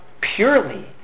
purely